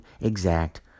exact